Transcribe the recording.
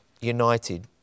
united